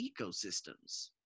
ecosystems